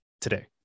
today